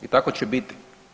I tako će biti.